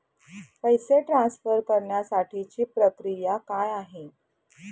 पैसे ट्रान्सफर करण्यासाठीची प्रक्रिया काय आहे?